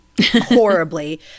horribly